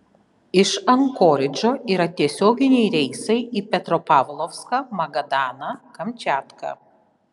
iš ankoridžo yra tiesioginiai reisai į petropavlovską magadaną kamčiatką